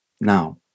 Now